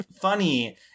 funny